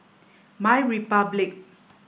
MyRepublic